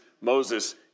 Moses